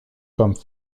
comme